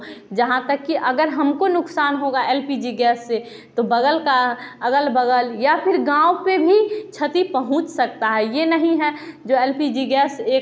यहाँ तक की अगर हमको नुकसान होगा एल पी जी गैस से तो बगल का अगल बगल या फिर गाँव पर भी क्षति पहुँच सकता है यह नहीं है जो एल पी जी गैस एक ठो